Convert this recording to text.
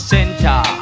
Center